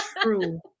true